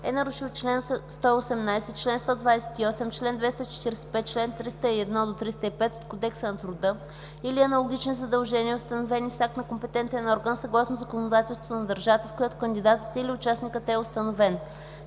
е нарушил чл. 118, чл. 128, чл. 245 и чл. 301 – 305 от Кодекса на труда или аналогични задължения установени с акт на компетентен орган, съгласно законодателството на държавата, в която кандидатът или участникът е установен;